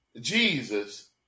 Jesus